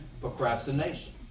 Procrastination